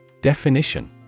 Definition